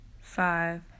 five